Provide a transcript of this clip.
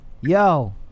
Yo